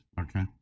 okay